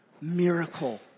miracle